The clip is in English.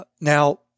Now